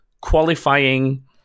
qualifying